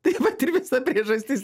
tai vat ir visa priežastis